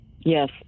Yes